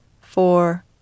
four